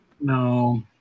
No